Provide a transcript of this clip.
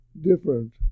different